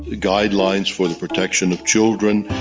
guidelines for the protection of children,